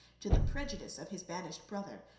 to the prejudice of his banished brother,